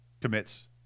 commits